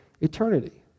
eternity